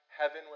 heaven